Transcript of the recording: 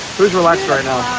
jl leichter i know